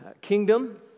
kingdom